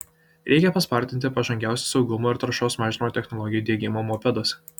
reikia paspartinti pažangiausių saugumo ir taršos mažinimo technologijų diegimą mopeduose